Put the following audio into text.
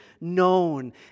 known